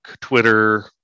Twitter